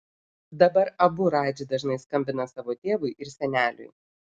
dabar abu radži dažnai skambina savo tėvui ir seneliui